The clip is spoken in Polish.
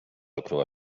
okryła